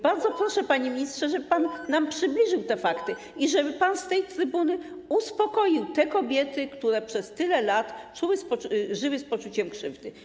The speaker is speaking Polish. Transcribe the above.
Bardzo proszę, panie ministrze, żeby pan nam przybliżył te fakty i żeby pan z tej trybuny uspokoił te kobiety, które przez tyle lat żyły z poczuciem krzywdy.